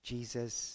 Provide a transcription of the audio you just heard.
Jesus